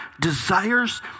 desires